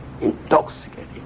intoxicating